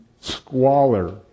squalor